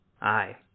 Aye